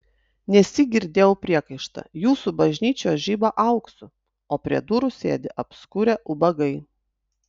nesyk girdėjau priekaištą jūsų bažnyčios žiba auksu o prie durų sėdi apskurę ubagai